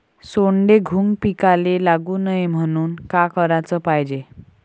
सोंडे, घुंग पिकाले लागू नये म्हनून का कराच पायजे?